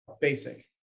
basic